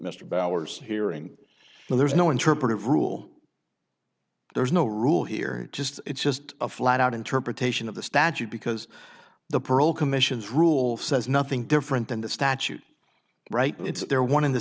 mr bowers hearing so there's no interpretive rule there's no rule here just it's just a flat out interpretation of the statute because the parole commission's rule says nothing different than the statute right it's there one in the